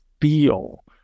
feel